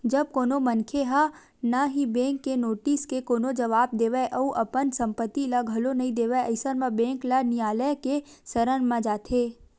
जब कोनो मनखे ह ना ही बेंक के नोटिस के कोनो जवाब देवय अउ अपन संपत्ति ल घलो नइ देवय अइसन म बेंक ल नियालय के सरन म जाथे